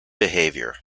behavior